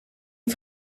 een